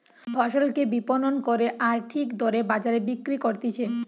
ফসলকে বিপণন করে আর ঠিক দরে বাজারে বিক্রি করতিছে